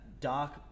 dark